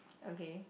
okay